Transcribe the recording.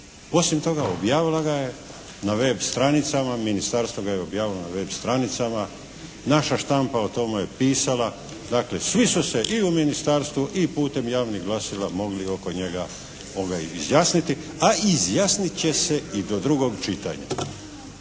Osim toga, objavila ga je na web stranicama, ministarstvo ga je objavilo na web stranicama, naša štampa je o tome pisala. Dakle, svi su se i u ministarstvu i putem javnih glasila mogli oko njega izjasniti, a izjasnit će se i do drugog čitanja.